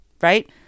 right